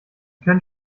können